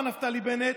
מר נפתלי בנט,